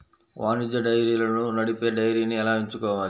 వాణిజ్య డైరీలను నడిపే డైరీని ఎలా ఎంచుకోవాలి?